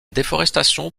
déforestation